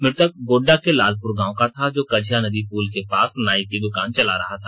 मृतक गोड्ड के लालपुर गांव का था जो कझिया नदी पुल के पास नाई की दुकान चला रहा था